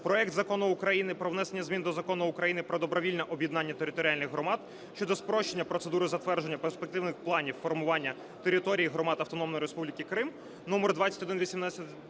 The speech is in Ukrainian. проект Закону України про внесення змін до Закону України "Про добровільне об'єднання територіальних громад (щодо спрощення процедури затвердження перспективних планів формування територій громад Автономної Республіки Крим) (номер 2089)